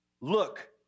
Look